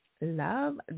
Love